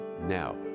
Now